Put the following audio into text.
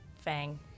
fang